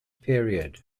period